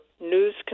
news